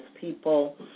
people